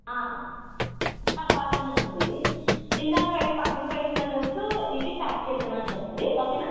బాగానే ఉంది ఇది ఇందాక పెట్ పక్కకి పెట్టిన డ్రెస్సు ఇది ప్యాక్ చేసేయమని చెప్పండి ఓకేనా